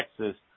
Texas